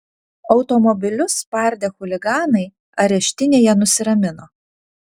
automobilius spardę chuliganai areštinėje nusiramino